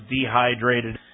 dehydrated